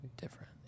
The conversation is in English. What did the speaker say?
Different